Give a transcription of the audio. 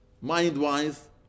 mind-wise